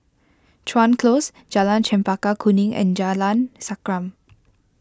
Chuan Close Jalan Chempaka Kuning and Jalan Sankam